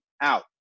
out